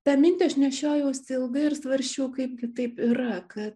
tą mintį aš nešiojausi ilgai ir svarsčiau kaipgi taip yra kad